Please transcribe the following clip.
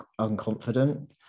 unconfident